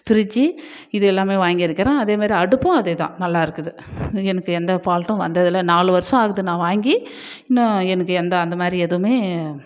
ஃப்ரிட்ஜி இது எல்லாம் வாங்கி இருக்கறேன் அதே மாதிரி அடுப்பும் அதேதான் நல்லா இருக்குது எனக்கு எந்த ஃபால்ட்டும் வந்ததில்லை நாலு வருஷம் ஆகுது நான் வாங்கி இன்னும் எனக்கு எந்த அந்த மாதிரி எதுவுமே